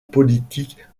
politique